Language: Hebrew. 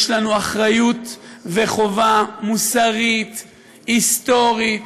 יש לנו אחריות וחובה מוסרית היסטורית,